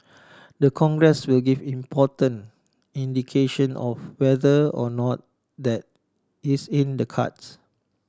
the Congress will give important indication of whether or not that is in the cards